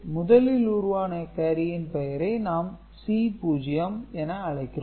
முதலில் உருவான கேரியின் பெயரை நாம் C0 என அழைக்கிறோம்